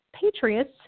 Patriots